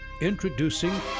Introducing